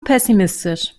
pessimistisch